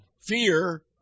fear